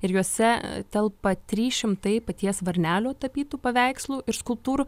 ir juose telpa trys šimtai paties varnelio tapytų paveikslų ir skulptūrų